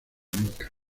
nunca